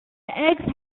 eggs